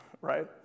right